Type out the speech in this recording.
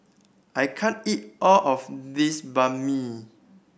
I can't eat all of this Banh Mi